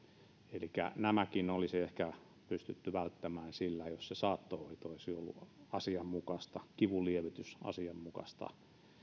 elikkä nämäkin olisi ehkä pystytty välttämään sillä jos se saattohoito olisi ollut asianmukaista kivunlievitys asianmukaista